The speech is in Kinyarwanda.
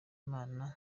imana